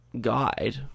guide